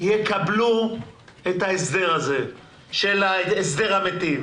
יקבלו את ההסדר הזה של ההסדר המטיב.